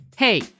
Hey